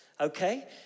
Okay